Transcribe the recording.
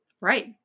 right